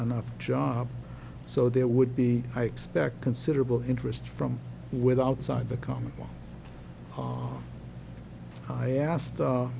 enough job so there would be i expect considerable interest from with outside the comic book i asked